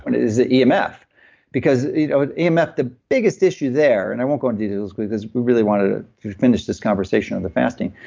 and is the yeah emf. because you know emf, the biggest issue there, and i won't go in details because we really wanted to finish this conversation on the fasting,